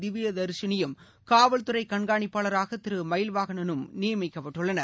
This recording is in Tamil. திவ்யதர்ஷிணியும் காவல்துறை கண்காணிப்பாளராக திரு மயில்வாகணனும் நியமிக்கப்பட்டுள்ளனர்